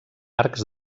arcs